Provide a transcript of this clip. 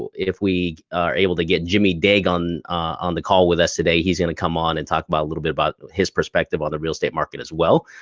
if we are able to get jimmy dague on on the call with us today, he's gonna come on and talk a little bit about his perspective on the real estate market as well.